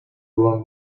run